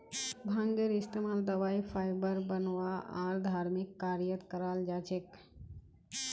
भांगेर इस्तमाल दवाई फाइबर बनव्वा आर धर्मिक कार्यत कराल जा छेक